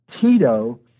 Tito